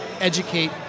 educate